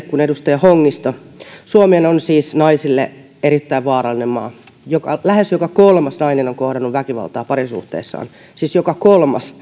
kuin edustaja hongisto suomi on siis naisille erittäin vaarallinen maa lähes joka kolmas nainen on kohdannut väkivaltaa parisuhteessaan siis joka kolmas